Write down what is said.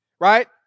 Right